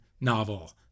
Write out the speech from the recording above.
novel